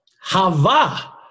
Hava